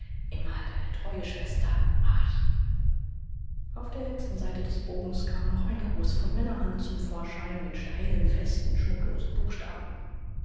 immer deine treue schwester marie auf der letzten seite des bogens kam noch ein gruß von männerhand zum vorschein mit steilen festen schmucklosen buchstaben